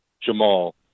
Jamal